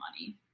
money